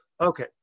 Okay